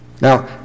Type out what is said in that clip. Now